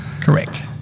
Correct